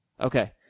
Okay